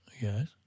yes